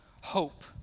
hope